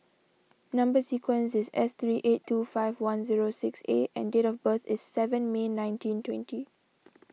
Number Sequence is S three eight two five one zero six A and date of birth is seven May nineteen twenty